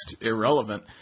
irrelevant